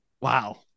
Wow